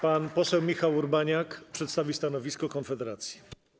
Pan poseł Michał Urbaniak przedstawi stanowisko Konfederacji.